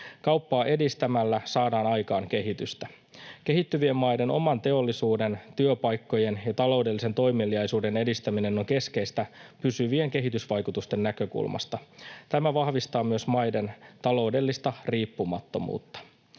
Kauppaa edistämällä saadaan aikaan kehitystä. Kehittyvien maiden oman teollisuuden, työpaikkojen ja taloudellisen toimeliaisuuden edistäminen on keskeistä pysyvien kehitysvaikutusten näkökulmasta. Tämä vahvistaa myös maiden taloudellista riippumattomuutta.